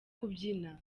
kubyina